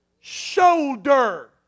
Shoulder